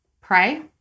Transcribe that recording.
pray